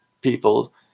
people